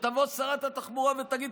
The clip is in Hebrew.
שתבוא שרת התחבורה ותגיד,